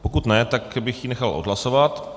Pokud ne, tak bych ji nechal odhlasovat.